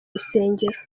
rusengero